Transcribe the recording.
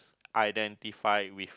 identify with